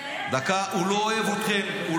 הוא לא אוהב אתכם --- כנראה אתה לא --- דקה.